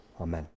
Amen